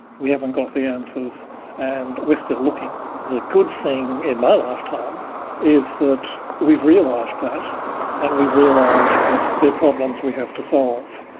we haven't got the answers and we're still looking. the good thing in my lifetime is that we've realised that and we've realised that they're problems we have to solve,